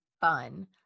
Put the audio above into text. fun